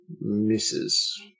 misses